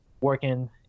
working